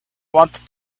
wanted